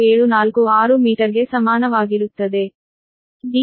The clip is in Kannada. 07746 ಮೀಟರ್ಗೆ ಸಮಾನವಾಗಿರುತ್ತದೆ